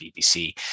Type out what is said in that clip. BBC